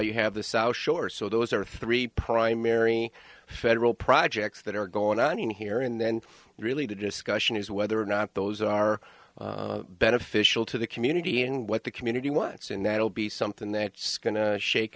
you have the south shore so those are three primary federal projects that are going on here and then really the discussion is whether or not those are beneficial to the community and what the community wants and that will be something that's going to shake